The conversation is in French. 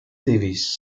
davies